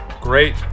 Great